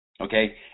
okay